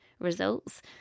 results